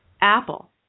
Apple